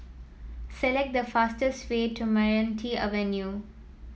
select the fastest way to Meranti Avenue